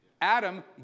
Adam